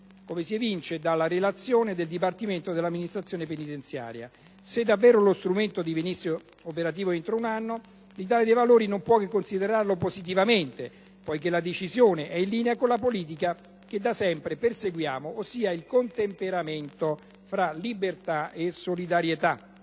come si evince dalla relazione del Dipartimento per l'amministrazione penitenziaria. Se davvero lo strumento divenisse operativo entro un anno, l'Italia dei Valori non potrebbe che considerarlo positivamente, poiché la decisione è in linea con la politica che da sempre perseguiamo, ossia il contemperamento fra libertà e solidarietà.